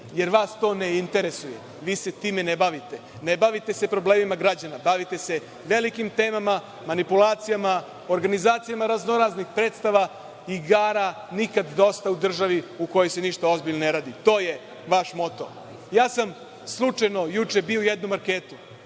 jer vas to ne interesuje, vi se time ne bavite. Ne bavite se problemima građana, bavite se velikim temama, manipulacijama, organizacijama raznoraznih predstava. Igara nikad dosta u država u kojoj se ništa ozbiljno ne radi. To je vaš moto. Ja sam slučajno juče bio u jednom marketu.